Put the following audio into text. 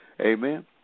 Amen